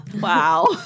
Wow